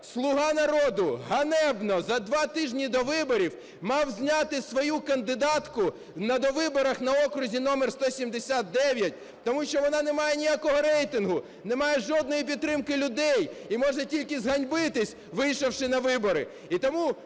"Слуга народу" ганебно за два тижні до виборів мав зняти свою кандидатку на довиборах на окрузі номер 179, тому що вона не має ніякого рейтингу, не має жодної підтримки людей, і можна тільки зганьбитися, вийшовши на вибори.